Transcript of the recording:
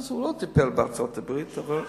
אז הוא לא טיפל בארצות-הברית, אבל,